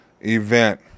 event